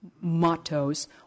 mottos